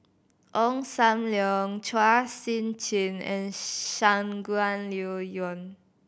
Ong Sam Leong Chua Sian Chin and Shangguan Liuyun